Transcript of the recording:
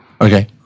Okay